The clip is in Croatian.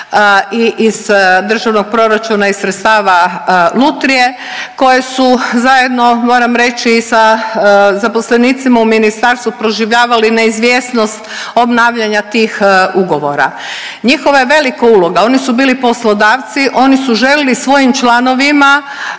iz državnog proračuna i iz sredstava lutrije koje su zajedno moram reći i sa zaposlenicima u ministarstvu proživljavali neizvjesnost obnavljanja tih ugovora. Njihova je velika uloga, oni su bili poslodavci, oni su želili svojim članovima,